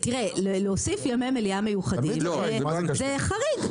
להוסיף ימי מליאה מיוחדים, זה חריג.